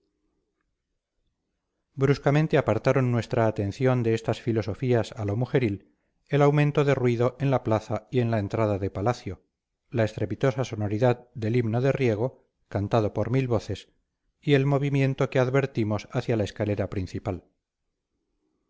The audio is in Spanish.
bruscamente apartaron nuestra atención de estas filosofías a lo mujeril el aumento de ruido en la plaza y en la entrada de palacio la estrepitosa sonoridad del himno de riego cantado por mil voces y el movimiento que advertimos hacia la escalera principal